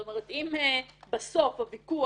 זאת אומרת, אם בסוף הוויכוח